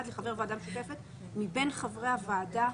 לחבר ועדה משותפת מבין חברי הוועדה,